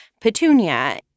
Petunia